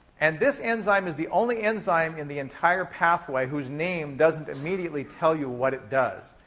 and this enzyme is the only enzyme in the entire pathway whose name doesn't immediately tell you what it does.